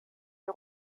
wir